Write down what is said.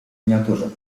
miniaturze